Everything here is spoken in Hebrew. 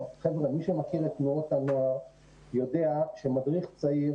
אבל מי שמפעיל את תנועות הנוער יודע שמדריך צעיר